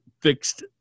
fixed